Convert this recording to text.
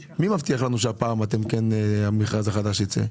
מי מבטיח לנו שהפעם המכרז החדש ייצא?